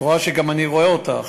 את רואה שגם אני רואה אותך,